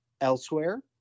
elsewhere